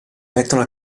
mettono